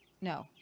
no